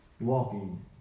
walking